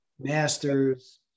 Masters